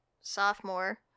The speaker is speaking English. sophomore